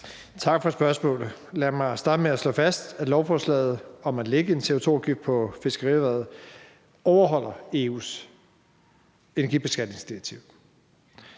Tak for spørgsmålet. Lad mig starte med at slå fast, at lovforslaget om at lægge en CO2-afgift på fiskerierhvervet overholder EU's energibeskatningsdirektiv.